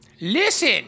Listen